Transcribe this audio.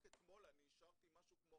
רק אתמול אני אישרתי משהו כמו